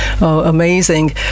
Amazing